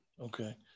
okay